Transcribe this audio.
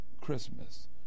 Christmas